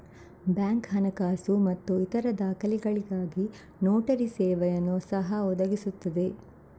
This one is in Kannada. ಬ್ಯಾಂಕ್ ಹಣಕಾಸು ಮತ್ತು ಇತರ ದಾಖಲೆಗಳಿಗಾಗಿ ನೋಟರಿ ಸೇವೆಯನ್ನು ಸಹ ಒದಗಿಸುತ್ತದೆ